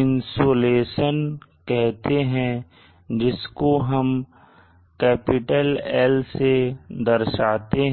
insulation कहते हैं जिसको हम "L" से दर्शाते हैं